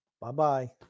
Bye-bye